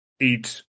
eat